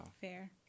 Fair